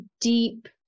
deep